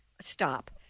Stop